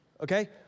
Okay